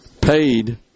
paid